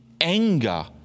anger